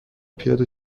پیاده